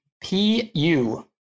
P-U